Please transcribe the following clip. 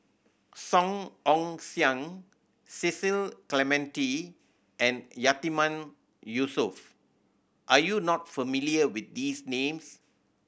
Song Ong Siang Cecil Clementi and Yatiman Yusof are you not familiar with these names